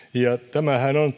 tämähän on